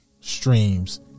streams